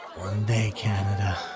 day, canada.